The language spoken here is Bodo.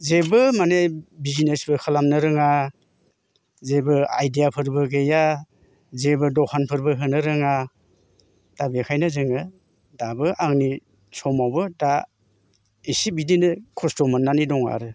जेब्बो मानि बिजनेसबो खालामनो रोङा जेबो आइदियाफोरबो गैया जेबो दखानफोरबो होनो रोङा दा बेखायनो जोङो दाबो आंनि समावबो दा एसे बिदिनो खस्थ' मोन्नानै दं आरो